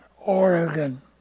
Oregon